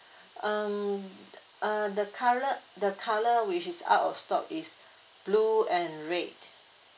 um uh the colour the colour which is out of stock is blue and red